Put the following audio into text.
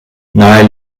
nahe